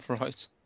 Right